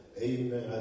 Amen